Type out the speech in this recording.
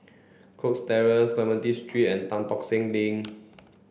Cox Terrace Clementi Street and Tan Tock Seng Link